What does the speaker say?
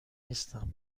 نیستم